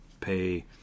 pay